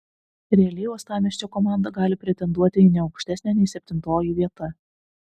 realiai uostamiesčio komanda gali pretenduoti į ne aukštesnę nei septintoji vieta